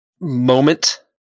moment